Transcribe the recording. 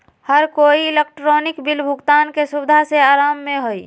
हर कोई electronic bill भुगतान के सुविधा से आराम में हई